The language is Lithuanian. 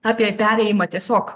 apie perėjimą tiesiog